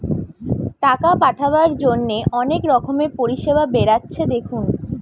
টাকা পাঠাবার জন্যে অনেক রকমের পরিষেবা বেরাচ্ছে দেখুন